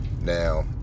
Now